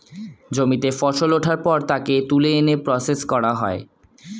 জমিতে ফসল ওঠার পর তাকে তুলে এনে প্রসেস করা হয়